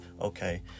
okay